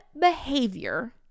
behavior